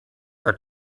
are